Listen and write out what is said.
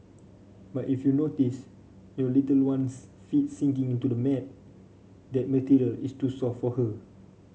but if you notice your little one's feet sinking into the mat that material is too soft for her